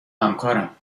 همکارم